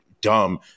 dumb